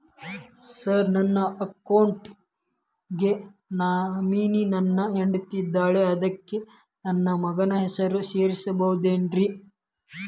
Sir ನನ್ನ account ಗೆ nominee ನನ್ನ ಹೆಂಡ್ತಿ ಇದ್ದಾಳ ಅದಕ್ಕ ನನ್ನ ಮಗನ ಹೆಸರು ಸೇರಸಬಹುದೇನ್ರಿ?